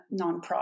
nonprofit